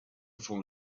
for